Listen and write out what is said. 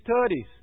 studies